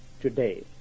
today